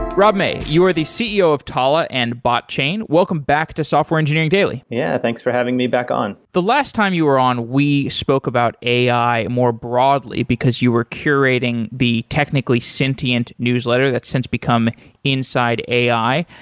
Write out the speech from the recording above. rob may, you are the ceo of talla and botchain. welcome back to software engineering daily yeah, thanks for having me back on the last time you were on, we spoke about ai more broadly, because you were curating the technically sentient newsletter that since become inside ai.